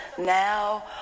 Now